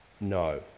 No